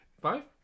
Five